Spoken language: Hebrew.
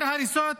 יותר הריסות,